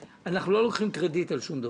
אנחנו לא לוקחים קרדיט על שום דבר.